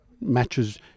matches